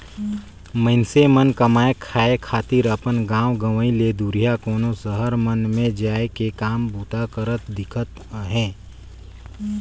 मइनसे मन कमाए खाए खातिर अपन गाँव गंवई ले दुरिहां कोनो सहर मन में जाए के काम बूता करत दिखत अहें